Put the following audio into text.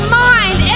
mind